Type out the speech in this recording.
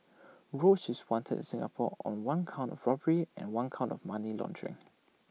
roach is wanted in Singapore on one count of robbery and one count of money laundering